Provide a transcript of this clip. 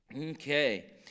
Okay